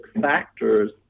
factors